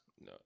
No